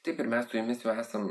taip ir mes su jumis jau esam